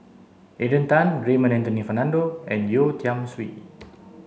Adrian Tan Raymond Anthony Fernando and Yeo Tiam Siew